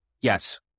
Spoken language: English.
Yes